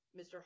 Mr